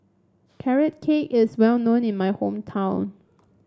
Carrot Cake is well known in my hometown